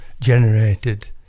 generated